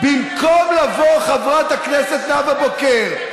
מי שמדבר, במקום לבוא, חברת הכנסת נאוה בוקר,